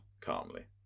calmly